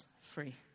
free